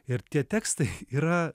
ir tie tekstai yra